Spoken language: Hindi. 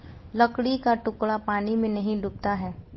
लकड़ी का टुकड़ा पानी में नहीं डूबता है